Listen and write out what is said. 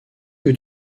veux